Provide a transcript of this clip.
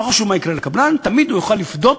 לא חשוב מה יקרה לקבלן, תמיד הוא יוכל לפדות